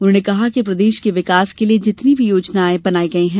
उन्होंने कहा कि प्रदेश के विकास के लिये जितनी भी योजनायें बनाई गई है